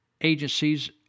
agencies